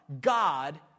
God